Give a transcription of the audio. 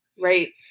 right